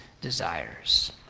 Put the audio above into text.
desires